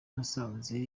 nasanze